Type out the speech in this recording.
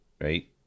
right